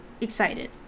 excited